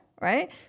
Right